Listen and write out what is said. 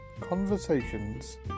conversations